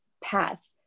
path